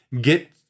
get